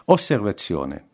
Osservazione